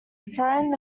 preferring